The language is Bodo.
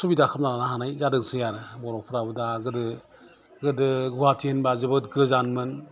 सुबिदा खालामना लानो हानाय जादोंसै आरो बर'फोराबो दा गोदो गादो गवाहाटी होनबा जोबोद गोजानमोन